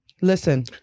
listen